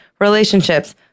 relationships